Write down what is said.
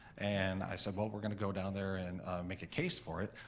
and i said, well, we're gonna go down there and make a case for it,